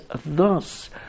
thus